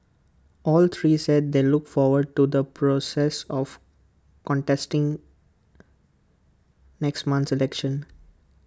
all three said they look forward to the process of contesting next month's election